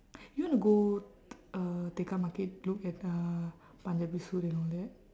you wanna go t~ uh tekka market look at uh punjabi suit and all that